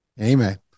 Amen